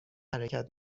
حرکت